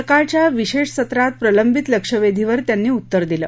सकाळच्या विशेष सत्रात प्रलंबित लक्षवेधीवर त्यांनी उत्तर दिलं